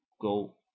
go